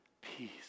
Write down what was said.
Peace